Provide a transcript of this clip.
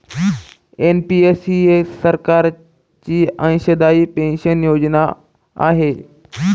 NPS ही सरकारची अंशदायी पेन्शन योजना आहे